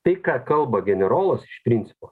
tai ką kalba generolas iš principo